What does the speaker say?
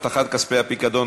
הבטחת כספי הפיקדון),